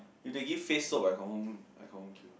if they give face soap I confirm I confirm queue